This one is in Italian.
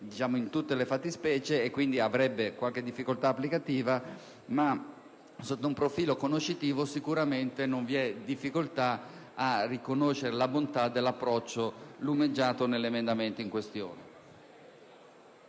in tutte le fattispecie e questo avrebbe qualche difficoltà applicativa. Tuttavia, sotto un profilo conoscitivo, sicuramente non vi è difficoltà a riconoscere la bontà dell'approccio lumeggiato nell'emendamento in questione.